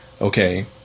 okay